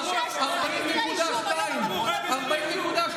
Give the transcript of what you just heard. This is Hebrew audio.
אז בוא נלך ל-2020.